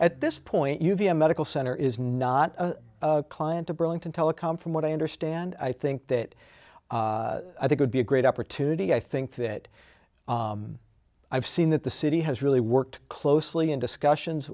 at this point u v a medical center is not a client to burlington telecom from what i understand i think that i think would be a great opportunity i think that i've seen that the city has really worked closely in discussions